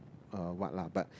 uh what lah but